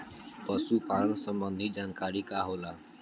पशु पालन संबंधी जानकारी का होला?